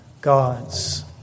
gods